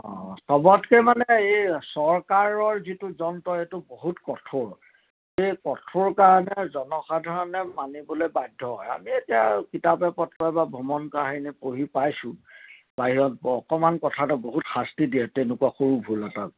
অঁ চবতকৈ মানে এই চৰকাৰ যিটো যন্ত্ৰ এইটো বহুত কঠোৰ এই কঠোৰ কাৰণে জনসাধাৰণে মানিবলৈ বাধ্য হয় আমি এতিয়া আৰু কিতাপে পত্ৰৰে বা ভ্ৰমণ কাহিনী পঢ়ি পাইছোঁ বাহিৰত অকণমান কথাতেই বহুত শাস্তি দিয়ে তেনেকুৱা সৰু সৰু ভুল এটাত